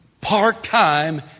part-time